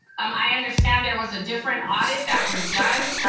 um i understand there was a different audit that was done.